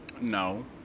no